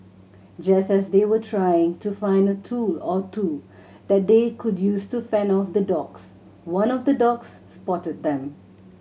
just as they were trying to find a tool or two that they could use to fend off the dogs one of the dogs spotted them